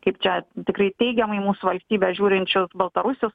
kaip čia tikrai teigiamai į mūsų valstybę žiūrinčių baltarusių